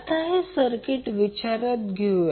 आता हे सर्किट विचारात घेऊया